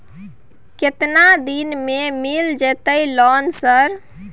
केतना दिन में मिल जयते लोन सर?